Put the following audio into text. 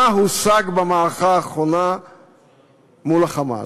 מה הושג במערכה האחרונה מול ה"חמאס"?